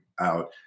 out